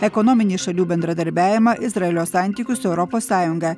ekonominį šalių bendradarbiavimą izraelio santykius su europos sąjunga